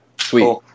Sweet